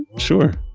sure